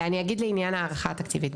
אני אגיד לעניין ההערכה התקציבית.